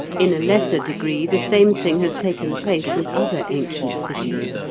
in a lesser degree, the same thing has taken place with other ancient cities.